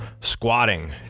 Squatting